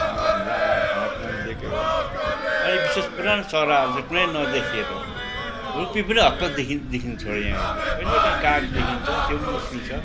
अब हाम्रो आमाले खानापिना पनि दिएकै हो अनि विशेष पुरानो चराहरू चाहिँ कुनै नदेखिएर रूप्पी पनि हत्तपत्त देखिन देखिनु छोड्यो यहाँ अहिले कहिलेकाहीँ काग देखिन्छ त्यो पनि मुस्किल छ